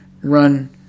run